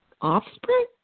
offspring